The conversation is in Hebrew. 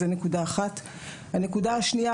הנקודה השנייה